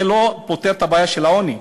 זה לא פותר את הבעיה של העוני.